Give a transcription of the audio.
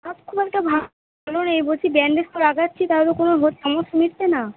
হাত খুব একটা ভালো নেই বলছি ব্যান্ডেজটা লাগাচ্ছি তাতেও কোনো সমস্যা মিটছে না